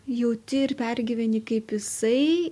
jauti ir pergyveni kaip jisai